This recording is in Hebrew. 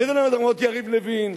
זה למרות יריב לוין.